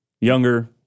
Younger